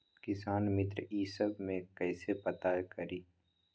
किसान मित्र ई सब मे कईसे पता करी?